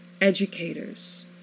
educators